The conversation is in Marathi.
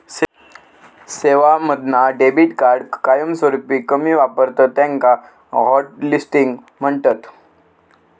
सेवांमधना डेबीट कार्ड कायमस्वरूपी कमी वापरतत त्याका हॉटलिस्टिंग म्हणतत